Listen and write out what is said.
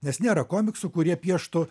nes nėra komiksų kurie pieštų